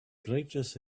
greatest